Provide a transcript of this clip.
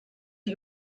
die